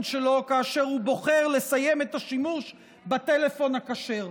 שלו כאשר הוא בוחר לסיים את השימוש בטלפון הכשר.